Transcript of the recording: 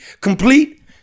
Complete